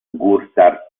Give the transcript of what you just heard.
ghurtar